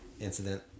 incident